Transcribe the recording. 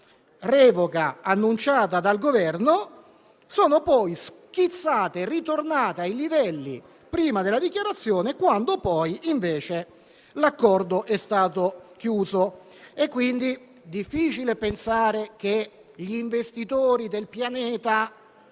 revoca annunciata dal Governo, sono poi schizzati verso l'alto e ritornati ai livelli precedenti la dichiarazione, quando l'accordo è stato chiuso. Quindi è difficile pensare che gli investitori del pianeta